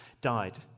died